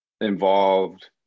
involved